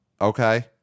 Okay